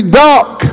dark